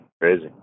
crazy